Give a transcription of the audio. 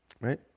Right